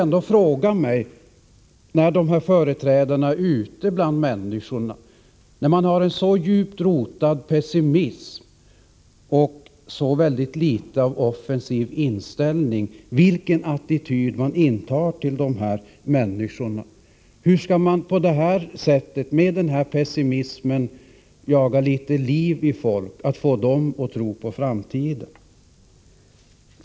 När dessa företrädare för oppositionen, som har en så djupt rotad pessimism och så litet av optimism, är ute bland människorna, vilken attityd intar de då till de arbetslösa? Hur skall de med denna pessimism jaga liv i människorna och få dem att tro på framtiden?